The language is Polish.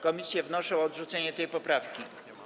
Komisje wnoszą o odrzucenie tej poprawki.